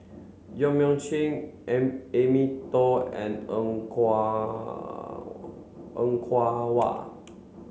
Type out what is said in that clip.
Yong Mun Chee Amy and Er Kwong Er Kwong Wah